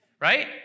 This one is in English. Right